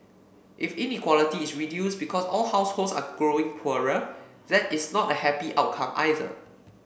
if inequality is reduced because all households are growing poorer that is not a happy outcome either